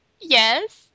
Yes